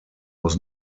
was